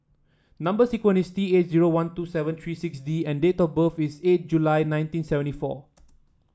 number sequence is T eight zero one two seven three six D and date of birth is eight July nineteen seventy four